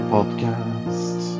Podcast